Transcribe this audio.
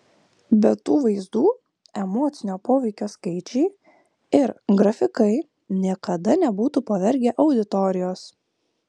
be tų vaizdų emocinio poveikio skaičiai ir grafikai niekada nebūtų pavergę auditorijos